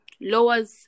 lowers